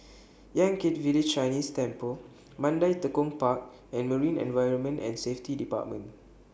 Yan Kit Village Chinese Temple Mandai Tekong Park and Marine Environment and Safety department